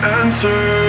answer